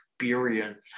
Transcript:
experience